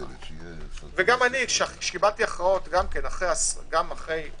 גם אני, כשקיבלתי הכרעות אחרי 8,